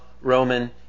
Roman